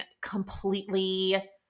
completely